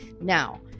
Now